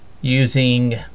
using